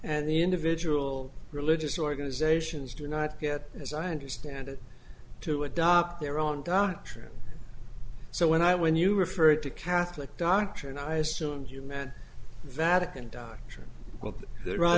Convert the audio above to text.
and the individual religious organizations do not get as i understand it to adopt their own doctrine so when i when you referred to catholic doctrine i assume you meant the vatican doctrine that rather